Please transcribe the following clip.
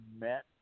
met